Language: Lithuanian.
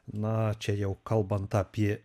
na čia jau kalbant apie